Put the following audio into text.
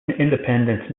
independence